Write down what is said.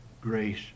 grace